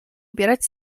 ubierać